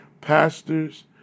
pastors